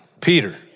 Peter